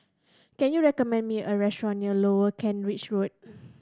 can you recommend me a restaurant near Lower Kent Ridge Road